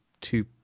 two